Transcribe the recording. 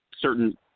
certain